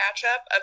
Catch-Up